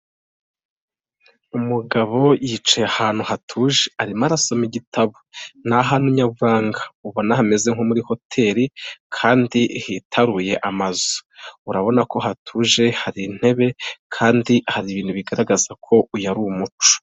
Umugabo yicaye ahantu hatuje arimo arasoma igitabo ni ahantu nyaburanga ubona hameze nko muri hoteli kandi hitaruye amazu, urabona ko hatuje hari intebe kandi hari ibintu bigaragaza ko uyu ari umuco.